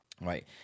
right